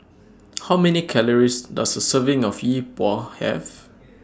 How Many Calories Does A Serving of Yi Bua Have